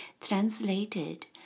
translated